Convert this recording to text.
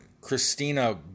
Christina